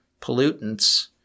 pollutants